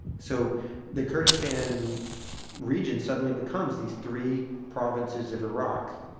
so the kurdistan region suddenly becomes these three provinces of iraq,